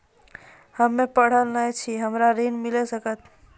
हम्मे पढ़ल न छी हमरा ऋण मिल सकत?